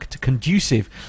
conducive